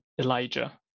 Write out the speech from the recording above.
Elijah